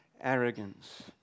arrogance